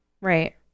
right